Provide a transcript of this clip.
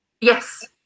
Yes